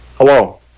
Hello